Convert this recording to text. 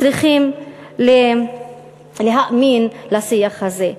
צריכים להאמין לשיח הזה.